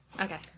Okay